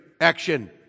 action